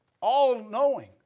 all-knowing